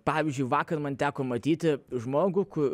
pavyzdžiui vakar man teko matyti žmogų kur